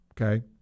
Okay